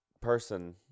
person